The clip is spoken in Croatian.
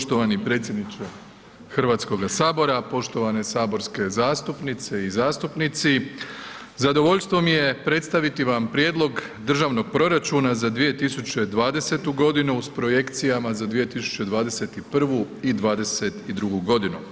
Poštovani predsjedniče Hrvatskoga sabora, poštovane saborske zastupnice i zastupnici zadovoljstvo mi je predstaviti vam Prijedlog Državnog proračuna za 2020. godinu s projekcijama za 2021. i '22. godinu.